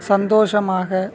சந்தோஷமாக